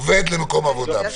עובד למקום עבודה.